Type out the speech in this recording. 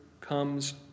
comes